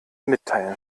mitteilen